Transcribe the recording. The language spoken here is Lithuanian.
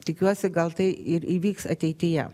tikiuosi gal tai ir įvyks ateityje